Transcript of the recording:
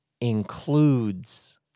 includes